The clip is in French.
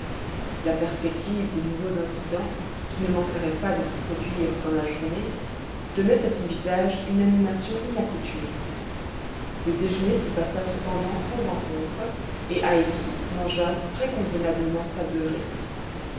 la perspective des nouveaux incidents qui ne manqueraient pas de se produire dans la journée donnait à son visage une animation accoutumée le déjeuner se passa cependant sans encombre et heidi mangea très convenablement sa beurrée